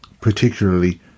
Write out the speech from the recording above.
particularly